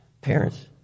Parents